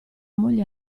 moglie